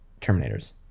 Terminators